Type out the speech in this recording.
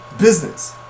business